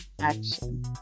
action